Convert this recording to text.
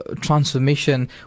transformation